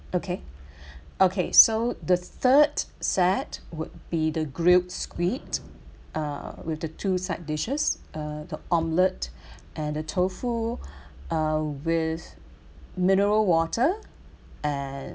okay okay so the third set would be the grilled squid uh with the two side dishes uh the omelette and a tofu uh with mineral water and